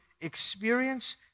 experience